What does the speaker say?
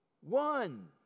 one